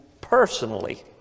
personally